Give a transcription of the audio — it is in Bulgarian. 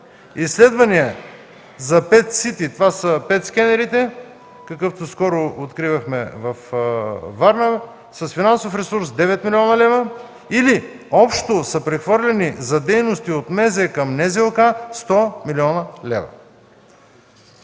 изследвания за петцити – това са ПЕТ-скенерите, какъвто скоро откривахме във Варна, с финансов ресурс 9 млн. лв., или общо са прехвърлени за дейности от МЗ към НЗОК 100 млн. лв.